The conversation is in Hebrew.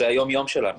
זה היום יום שלנו,